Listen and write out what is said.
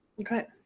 Okay